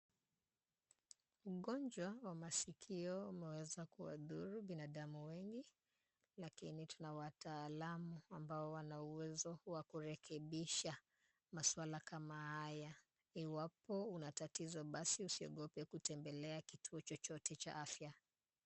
Ugonjwa wa masikio umeweza kuwadhuru binadamu wengi, lakini tuna wataalam ambao wana uwezo wa kurekebisha maswala kama haya. Iwapo una tatizo basi usiogope kutembelea kituo chochote cha afya.